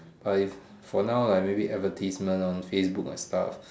but is for now like maybe advertisement on Facebook or stuff